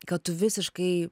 kad tu visiškai